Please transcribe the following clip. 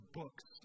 books